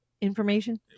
information